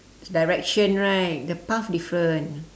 direction right the path different